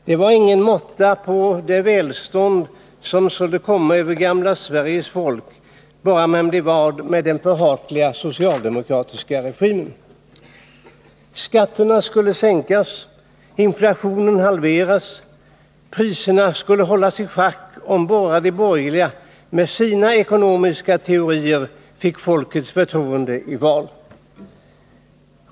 Det var ingen måtta på det välstånd som skulle komma över gamla Sveriges folk, bara man blev av med den förhatliga socialdemokratiska regeringen. Skatterna skulle sänkas, inflationen skulle halveras, priserna skulle hållas i schack, om bara de borgerliga med sina ekonomiska teorier fick folkets förtroende i valet.